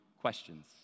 questions